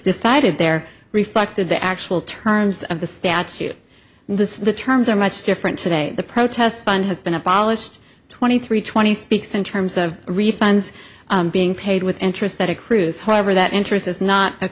decided there reflected the actual terms of the statute the the terms are much different today the protest fund has been abolished twenty three twenty speaks in terms of refunds being paid with interest that accrues whatever that interest is not a